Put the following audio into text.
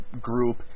group